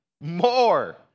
more